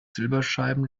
silberscheiben